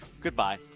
Goodbye